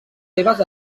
seves